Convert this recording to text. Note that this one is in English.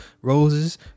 roses